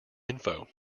info